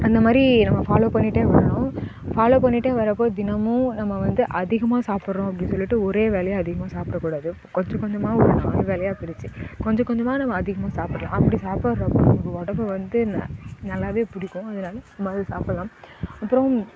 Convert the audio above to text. அந்த மாதிரி நம்ம ஃபாலோ பண்ணிகிட்டே வரணும் ஃபாலோ பண்ணிகிட்டே வரப்போ தினமும் நம்ம வந்து அதிகமாக சாப்பிட்றோம் அப்படி சொல்லிவிட்டு ஒரே வேளையா அதிகமாக சாப்பிட கூடாது கொஞ்சம் கொஞ்சமாக ஒரு நாலு வேளையா பிரித்து கொஞ்சம் கொஞ்சமாக நம்ம அதிகமாக சாப்பிட்லாம் அப்படி சாப்பிட்டால் ரொம்ப நம்ம உடம்பு வந்து நல்லாவே பிடிக்கும் அதனால அது மாதிரி சாப்பிட்லாம் அப்புறம்